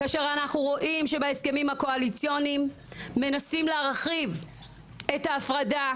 כאשר אנחנו רואים שבהסכמים הקואליציוניים מנסים להרחיב את ההפרדה